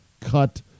cut